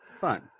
Fun